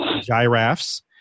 giraffes